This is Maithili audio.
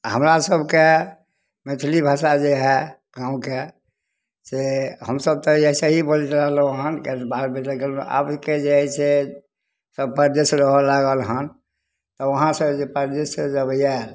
आ हमरा सबके मैथली भाषा जे हइ गाँवके से हमसब तऽ अयसेही बोलि रहलहुॅं हन किएकी तऽ बाहरके साइकलमे आबके जे हइ से सब परदेश रहऽ लागल हन तऽ वहाँ से जे परदेश से जे अब आयल